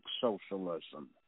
socialism